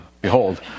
behold